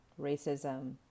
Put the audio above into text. racism